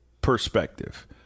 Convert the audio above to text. perspective